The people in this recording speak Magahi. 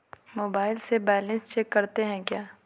मोबाइल से बैलेंस चेक करते हैं क्या?